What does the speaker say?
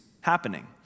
happening